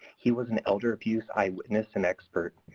he was an elder abuse eyewitness and expert.